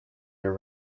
your